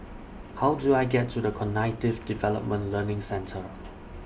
How Do I get to The Cognitive Development Learning Centre